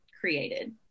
created